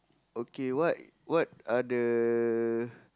okay what what are the